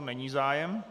Není zájem.